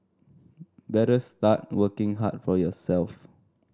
better start working hard for yourself